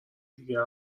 دیگه